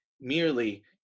merely